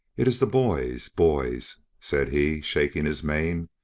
it is the boys boys, said he, shaking his mane,